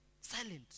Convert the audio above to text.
Silent